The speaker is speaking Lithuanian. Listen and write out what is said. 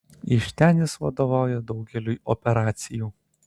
iš ten jis vadovauja daugeliui operacijų